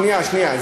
שנייה, שנייה.